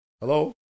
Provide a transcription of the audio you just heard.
Hello